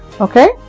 Okay